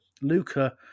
Luca